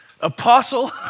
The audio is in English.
apostle